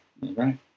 Right